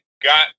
got